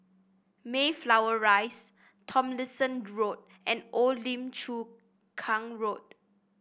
Mayflower Rise Tomlinson Road and Old Lim Chu Kang Road